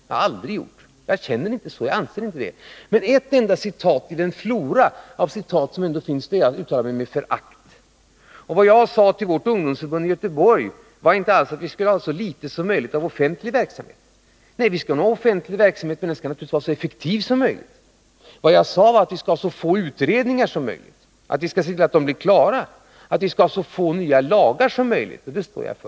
Jag har nämligen aldrig gjort det. Jag känner inte förakt inför den offentliga verksamheten. Men herr Alsén borde ju kunna ta fram ett enda citat ur den flora som enligt honom finns av föraktfulla uttalanden från mig. Till moderata samlingspartiets ungdomsförbund i Göteborg sade jag inte alls att vi skall ha så litet som möjligt av offentlig verksamhet. Visst skall vi ha offentlig verksamhet, men den skall vara så effektiv som möjligt. Däremot sade jag att vi skall ha så få utredningar som möjligt och att vi skall se till att de som arbetar blir klara. Jag sade dessutom att vi skall införa så få nya lagar som möjligt — och det står jag för.